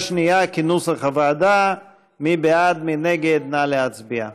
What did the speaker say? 11 בעד, אחד נגד, אין נמנעים.